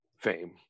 fame